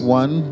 one